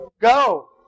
go